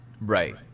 right